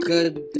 Good